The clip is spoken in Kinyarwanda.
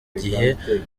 gihe